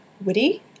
witty